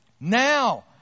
Now